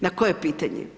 Na koje pitanje?